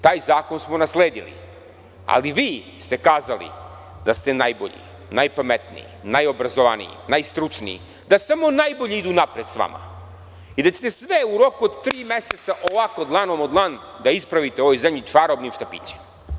Taj zakon smo nasledili, ali ste vi kazali da ste najbolji, najpametniji, najobrazovaniji, najstručniji, da samo najbolji idu napred sa vama i da ćete sve u roku od tri meseca dlanom od dlan da ispravite u ovoj zemlji čarobnim štapićem.